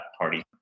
party